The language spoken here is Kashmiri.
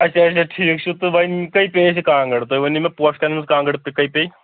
اچھا اچھا ٹھیٖک چھُ تہٕ وۅںۍ کٔہۍ پیٚیہِ اَسہِ یہِ کانٛگٕر تُہۍ ؤنِو مےٚ پوشہِ کانیٚن ہِنٛز کانٛگٕر کٔہۍ پیٚیہِ